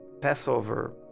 Passover